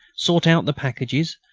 sort out the packages,